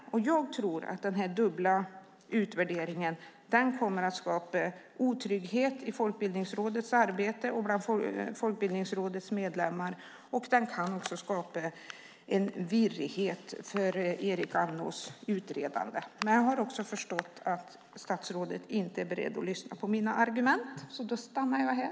Jag tror att den här dubbla utvärderingen kommer att skapa otrygghet i Folkbildningsrådets arbete och bland Folkbildningsrådets medlemmar. Den kan också skapa en virrighet för Erik Amnås utredande. Men jag har förstått att statsrådet inte är beredd att lyssna på mina argument, så jag stannar här.